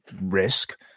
risk